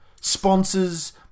Sponsors